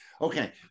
Okay